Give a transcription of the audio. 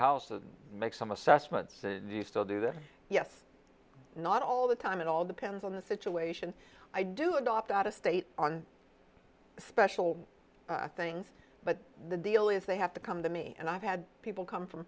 house to make some assessments and you still do this yes not all the time it all depends on the situation i do adopt out of state on special things but the deal is they have to come to me and i've had people come from